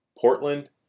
Portland